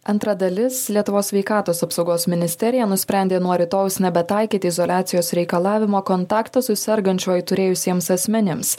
antra dalis lietuvos sveikatos apsaugos ministerija nusprendė nuo rytojaus nebetaikyti izoliacijos reikalavimo kontaktą su sergančiuoju turėjusiems asmenims